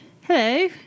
Hello